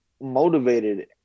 motivated